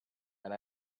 and